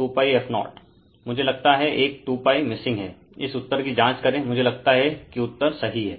2π f0 मुझे लगता है एक 2π मिसिंग है इस उत्तर की जांच करें मुझे लगता है कि उत्तर सही है